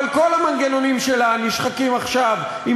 אבל כל המנגנונים שלה נשחקים עכשיו עם